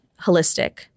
holistic